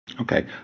Okay